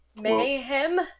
mayhem